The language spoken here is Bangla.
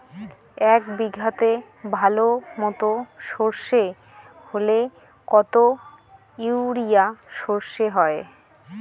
এক বিঘাতে ভালো মতো সর্ষে হলে কত ইউরিয়া সর্ষে হয়?